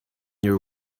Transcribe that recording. you